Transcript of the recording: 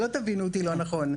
שלא תבינו אותי לא נכון,